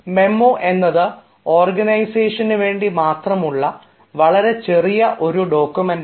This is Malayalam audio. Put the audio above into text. മെമ്മോ എന്നത് ഓർഗനൈസേഷന് വേണ്ടി മാത്രമുള്ള വളരെ ചെറിയ ഒരു ഡോക്യുമെൻറാണ്